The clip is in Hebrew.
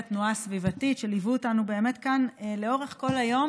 ופעילי התנועה הסביבתית שליוו אותנו כאן לאורך כל היום,